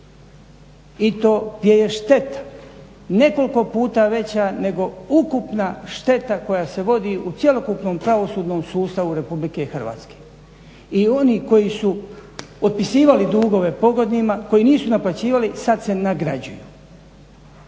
i to … je šteta nekoliko puta veća nego ukupna šteta koja se vodi u cjelokupnom pravosudnom sustavu RH. i oni koji su otpisivali dugove pogodnima koji nisu naplaćivali sada se nagrađuju.